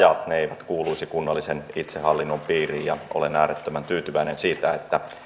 oli että kuntarajat eivät kuuluisi kunnallisen itsehallinnon piiriin ja olen äärettömän tyytyväinen siitä että